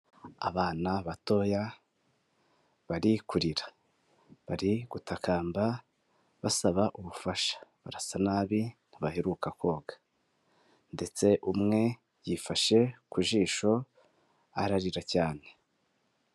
Abana batoya bari kurira bari gutakamba basaba ubufasha, barasa nabi ntibaheruka koga ndetse umwe yifashe ku jisho ararira cyane.